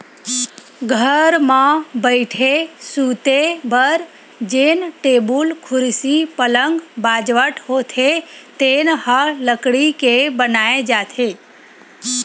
घर म बइठे, सूते बर जेन टेबुल, कुरसी, पलंग, बाजवट होथे तेन ह लकड़ी के बनाए जाथे